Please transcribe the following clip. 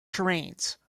terrains